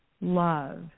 love